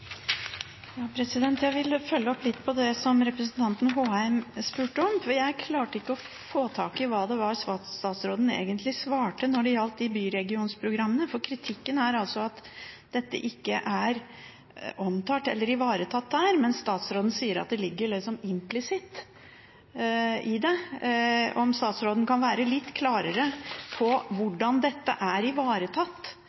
Jeg vil følge opp litt på det representanten Håheim spurte om, for jeg klarte ikke å få tak i hva det var statsråden egentlig svarte når det gjaldt byregionprogrammene. Kritikken er altså at dette ikke er omtalt eller ivaretatt der, mens statsråden sier at det ligger implisitt i det. Kan statsråden være litt klarere på